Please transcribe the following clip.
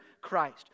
Christ